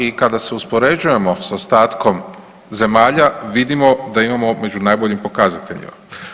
I kada se uspoređujemo sa ostatkom zemalja vidimo da imamo među najboljim pokazateljima.